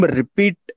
repeat